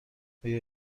آیا